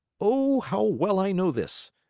oh, how well i know this!